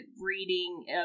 reading